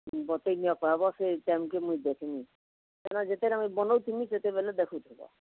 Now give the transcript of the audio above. ବତେଇ ନା କହେବ ସେ ଚାହିଁକିରି ମୁଁ ଦେଖ୍ମି ସେନ ଯେତେରଙ୍କ ବନଉଥୁମି ସେତେବେଲେ ଦେଖୁଥିବ